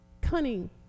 cunning